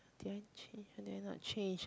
did I change change